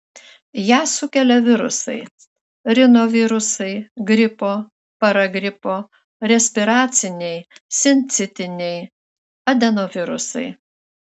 ją sukelia virusai rinovirusai gripo paragripo respiraciniai sincitiniai adenovirusai